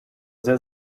sehr